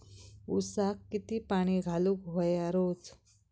ऊसाक किती पाणी घालूक व्हया रोज?